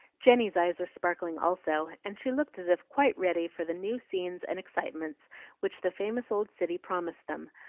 jenny's eyes were sparkling also, and she looked as if quite ready for the new scenes and excitements which the famous old city promised them,